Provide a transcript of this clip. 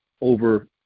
over